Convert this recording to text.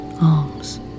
arms